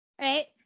right